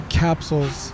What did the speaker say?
capsules